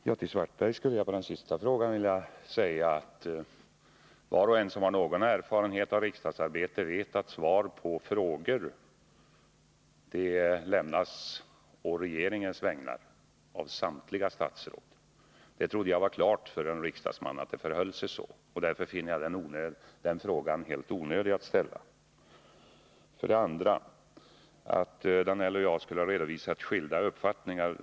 Herr talman! Som svar på Karl-Erik Svartbergs senaste fråga skulle jag vilja säga, att var och en som har någon erfarenhet av riksdagsarbete vet att svar på frågor lämnas av samtliga statsråd på regeringens vägnar. Jag trodde det var klart för en riksdagsman att det förhåller sig så, och därför finner jag den frågan helt onödig att ställa. Det sades också att Georg Danell och jag skulle ha redovisat skilda uppfattningar.